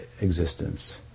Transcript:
existence